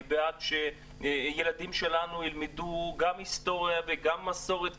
אני בעד שהילדים שלנו ילמדו גם היסטוריה וגם מסורת,